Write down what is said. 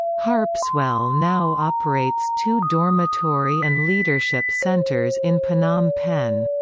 harpswell now operates two dormitory and leadership centers in phnom penh.